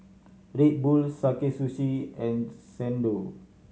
Red Bull Sakae Sushi and Xndo